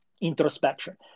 introspection